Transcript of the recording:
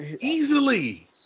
easily